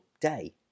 day